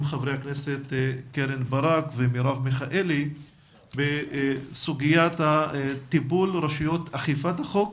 חברות הכנסת קרן ברב ומרב מיכאלי בסוגיית טיפול רשויות אכיפת החוק